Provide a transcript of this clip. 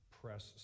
press